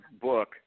book